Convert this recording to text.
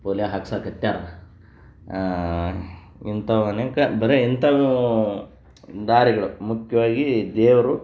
polio ಹಾಕ್ಸಕ್ಕತ್ಯಾರೆ ಇಂಥವು ಅನೇಕ ಬರೀ ಇಂಥವು ದಾರಿಗಳು ಮುಖ್ಯವಾಗಿ ದೇವರು